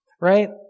right